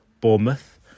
Bournemouth